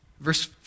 Verse